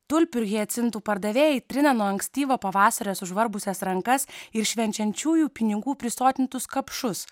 tulpių hiacintų pardavėjai trina nuo ankstyvo pavasario sužvarbusias rankas ir švenčiančiųjų pinigų prisotintus kapšus